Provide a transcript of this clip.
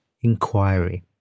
inquiry